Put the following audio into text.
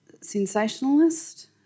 sensationalist